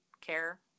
care